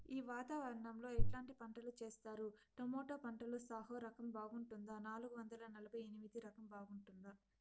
ఈ వాతావరణం లో ఎట్లాంటి పంటలు చేస్తారు? టొమాటో పంటలో సాహో రకం బాగుంటుందా నాలుగు వందల నలభై ఎనిమిది రకం బాగుంటుందా?